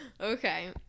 Okay